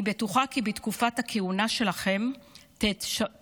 אני בטוחה כי בתקופת הכהונה שלכן תממשו